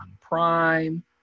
prime